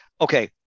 Okay